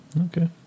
Okay